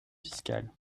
fiscale